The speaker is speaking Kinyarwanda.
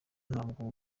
ntabwo